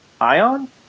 ion